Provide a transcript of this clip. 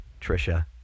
Trisha